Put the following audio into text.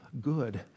good